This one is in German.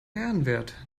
ehrenwert